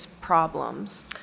problems